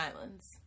Islands